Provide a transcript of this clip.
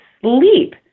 sleep